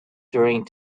during